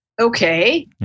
okay